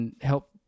help